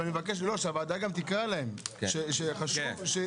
אני מבקש שהוועדה גם תקרא להם שחשוב ש- -- כן.